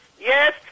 Yes